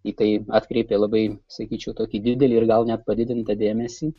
į tai atkreipė labai sakyčiau tokį didelį ir gal net padidintą dėmesį